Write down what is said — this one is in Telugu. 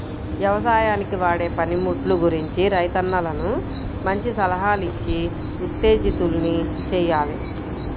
యవసాయానికి వాడే పనిముట్లు గురించి రైతన్నలను మంచి సలహాలిచ్చి ఉత్తేజితుల్ని చెయ్యాలి